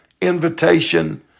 invitation